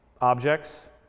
objects